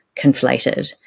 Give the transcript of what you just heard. conflated